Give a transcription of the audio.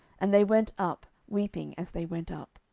and they went up, weeping as they went up.